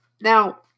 Now